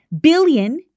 billion